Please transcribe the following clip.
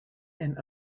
and